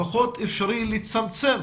לפחות אפשר לצמצם